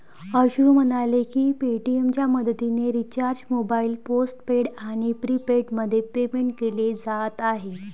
अश्रू म्हणाले की पेटीएमच्या मदतीने रिचार्ज मोबाईल पोस्टपेड आणि प्रीपेडमध्ये पेमेंट केले जात आहे